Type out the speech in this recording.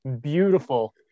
beautiful